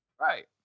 Right